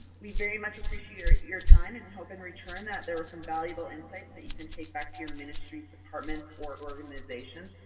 we very much appreciate your your time, and hope, in return, that there was some valuable insights that you can take back to your ministries, departments, or organizations.